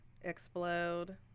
explode